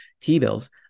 T-bills